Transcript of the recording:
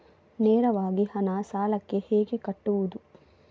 ನೇರವಾಗಿ ಹಣ ಸಾಲಕ್ಕೆ ಹೇಗೆ ಕಟ್ಟುವುದು?